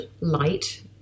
light